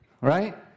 right